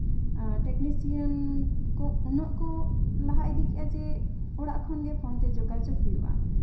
ᱟᱨ technician ᱠᱚ ᱩᱱᱟᱹᱜ ᱠᱚ ᱞᱟᱦᱟ ᱤᱫᱤ ᱠᱮᱫᱼᱟ ᱡᱮ ᱚᱲᱟᱜ ᱠᱷᱚᱱᱜᱮ ᱯᱷᱳᱱ ᱛᱮ ᱡᱳᱜᱟᱡᱳᱜᱽ ᱦᱩᱭᱩᱜᱼᱟ